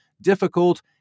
difficult